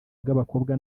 bw’abakobwa